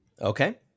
Okay